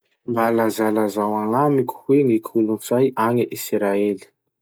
Mba lazalazao agnamiko hoe ny kolotsay agny Israely?